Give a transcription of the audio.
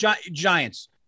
Giants